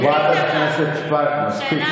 חברת הכנסת שפק, מספיק.